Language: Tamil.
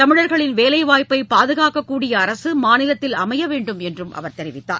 தமிழர்களின் வேலைவாய்ப்பை பாதுகாக்கக்கூடிய அரசு மாநிலத்தில் அமைய வேண்டும் என்றும் அவர் தெரிவித்தார்